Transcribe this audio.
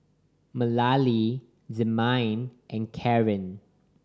Mallie Demian and Caren